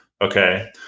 Okay